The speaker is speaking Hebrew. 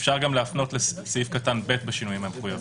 אפשר גם להפנות לסעיף קטן (ב) בשינויים המחויבים.